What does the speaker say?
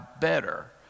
better